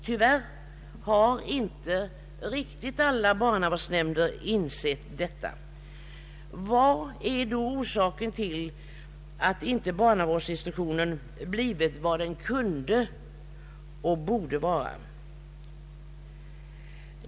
Tyvärr har inte alla barnavårdsnämnder helt insett detta. Vad är då orsaken till att barnavårdsmannainstitutionen inte blivit vad den kunde och borde vara?